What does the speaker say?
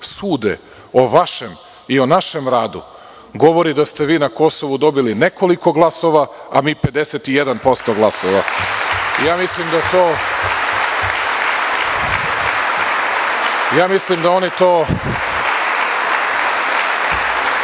sude o vašem i o našem radu govori da ste vi na Kosovu dobili nekoliko glasova, a mi 51% glasova. Mislim da oni to